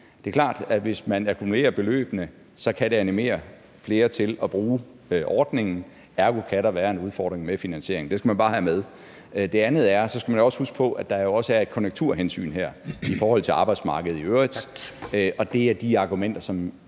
Det er klart, at det, hvis man akkumulerer beløbene, så kan animere flere til at bruge ordningen. Ergo kan der være en udfordring med finansieringen. Det skal man bare have med. Det andet er jo så også, at man skal huske på, at der her er et konjunkturhensyn i forhold til arbejdsmarkedet i øvrigt. Og det er de argumenter, som